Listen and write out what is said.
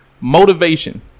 motivation